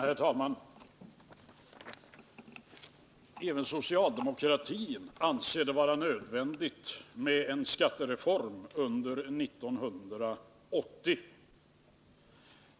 Herr talman! Även socialdemokratin anser det vara nödvändigt med en skattereform under 1980.